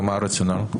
ומה הרציונל?